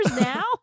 now